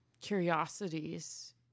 curiosities